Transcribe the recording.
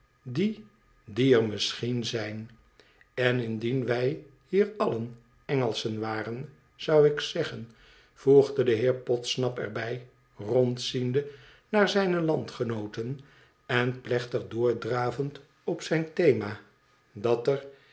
die die er misschien zijn en indien wij hier allen engelschen waren zou ik zeggen voegde de heer podsnap er bij rondziende naar zijne landgenooten en plechtig doordra vend op zijn thema dat er